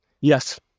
Yes